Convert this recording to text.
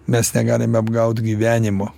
mes negalime apgauti gyvenimo